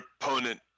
opponent